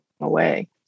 away